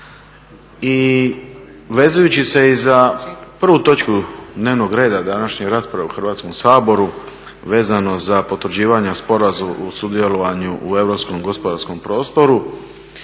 i vezujući se i za prvu točki dnevnog reda današnje rasprave u Hrvatskom saboru vezano za potvrđivanje Sporazumu u sudjelovanju u europskom gospodarskom prostoru,